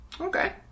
Okay